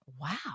wow